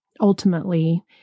Ultimately